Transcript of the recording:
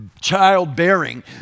childbearing